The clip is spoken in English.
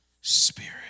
Spirit